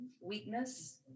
weakness